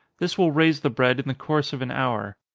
this will raise the bread in the course of an hour.